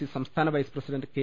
C സംസ്ഥാന vice president K